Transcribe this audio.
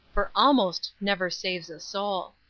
for almost never saves a soul.